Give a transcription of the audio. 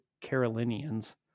Carolinians